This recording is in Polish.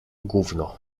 gówno